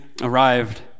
arrived